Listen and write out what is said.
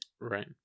right